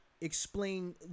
explain